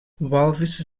walvissen